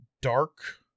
dark